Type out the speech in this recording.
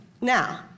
Now